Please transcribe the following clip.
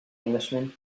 englishman